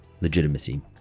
legitimacy